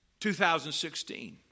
2016